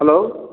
hello